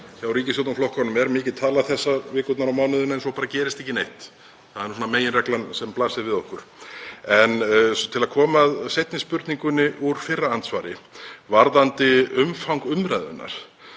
Hjá ríkisstjórnarflokkunum er mikið talað þessar vikurnar og mánuðina en svo bara gerist ekki neitt. Það er meginreglan sem blasir við okkur. En til að koma að seinni spurningunni úr fyrra andsvari varðandi umfang umræðunnar